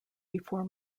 before